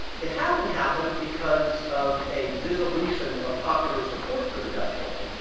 it hasn't happened because of a dissolution of popular support for the death penalty.